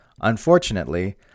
Unfortunately